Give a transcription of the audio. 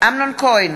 אמנון כהן,